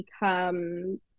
become